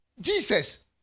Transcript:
Jesus